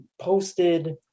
posted